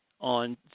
on